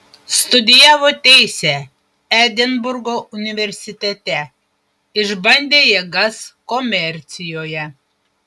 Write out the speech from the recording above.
studijavo teisę edinburgo universitete išbandė jėgas komercijoje